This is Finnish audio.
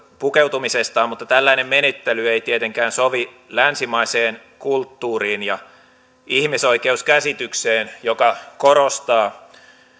pukeutumisestaan ja tällainen menettely ei tietenkään sovi länsimaiseen kulttuuriin ja ihmisoikeuskäsitykseen joka korostaa